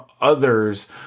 others